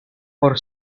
por